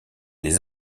les